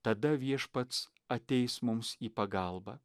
tada viešpats ateis mums į pagalbą